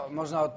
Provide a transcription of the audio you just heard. można